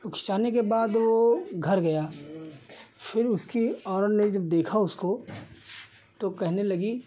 खिँचाने के बाद वह घर गया फिर उसकी औरत ने जब देखा उसको तो कहने लगी